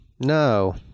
No